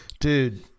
dude